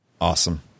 Awesome